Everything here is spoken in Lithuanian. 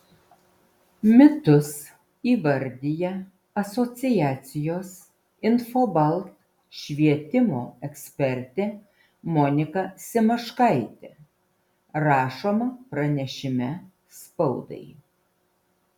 mitus įvardija asociacijos infobalt švietimo ekspertė monika simaškaitė rašoma pranešime spaudai